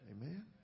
Amen